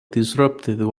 disrupted